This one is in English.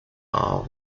are